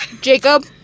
Jacob